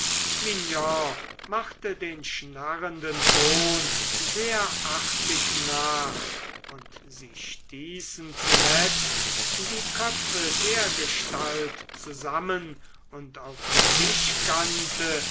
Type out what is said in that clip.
machte den schnarrenden ton sehr artig nach und sie stießen zuletzt die köpfe dergestalt zusammen und auf die tischkante